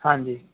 ਹਾਂਜੀ